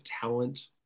talent